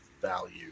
value